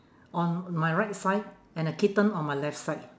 on my right side and a kitten on my left side